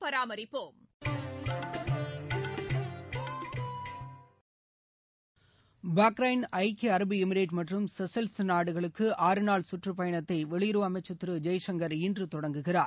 Bahrain ஐக்கிய அரபு Emirate மற்றும் செஸல்ஸ் நாடுகளுக்கு ஆறு நாள் சுற்றுப்பயணத்தை வெளியுறவு அமைச்சர் திரு ஜெய்சங்கர் இன்று தொடங்குகிறார்